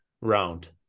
round